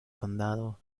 condado